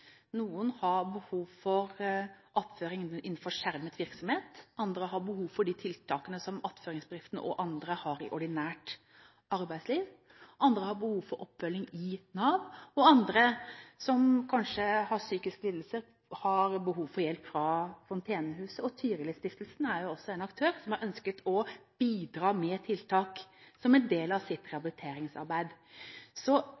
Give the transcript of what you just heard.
Noen har behov for attføring innenfor skjermet virksomhet. Andre har behov for de tiltakene som attføringsbedriften og andre har i ordinært arbeidsliv. Andre har behov for oppfølging i Nav, og andre, som kanskje har psykiske lidelser, har behov for hjelp fra Fontenehuset. Tyrilistiftelsen er jo også en aktør som har ønsket å bidra med tiltak som en del av sitt rehabiliteringsarbeid. Så